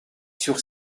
sur